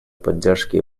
поддержки